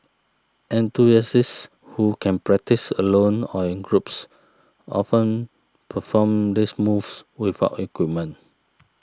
enthusiasts who can practise alone or in groups often perform these moves without equipment